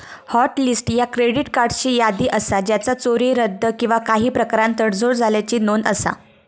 hot list ह्या क्रेडिट कार्ड्सची यादी असा ज्याचा चोरी, रद्द किंवा काही प्रकारान तडजोड झाल्याची नोंद असा